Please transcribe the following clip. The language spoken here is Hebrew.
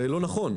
זה לא נכון.